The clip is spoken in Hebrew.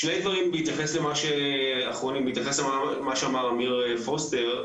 שני דברים בהתייחס למה שאמר אמיר פוסטר.